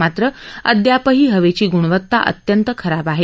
मात्र अद्यापही हवेची ग्णवत्ता अत्यंत खराब आहे